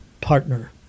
partner